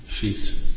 feet